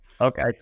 Okay